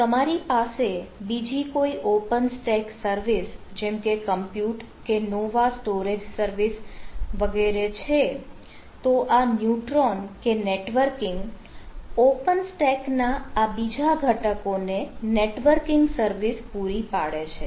જો તમારી પાસે બીજી કોઈ ઓપન સ્ટેક સર્વિસ જેમ કે કમ્પ્યુટ કે નોવા સ્ટોરેજ સર્વિસ વગેરે છે તો આ ન્યુટ્રોન કે નેટવર્કિંગ ઓપન સ્ટેક ના આ બીજા ઘટકોને નેટવર્કિંગ સર્વિસ પૂરી પાડે છે